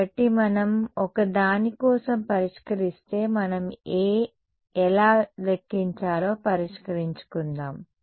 కాబట్టి మనం ఒక దాని కోసం పరిష్కరిస్తే మనం A ఎలా లెక్కించాలో పరిష్కరించుకుందాం